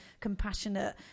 compassionate